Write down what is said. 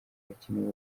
bakina